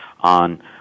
on